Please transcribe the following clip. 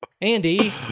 Andy